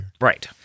Right